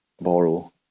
borrow